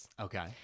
Okay